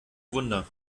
wunder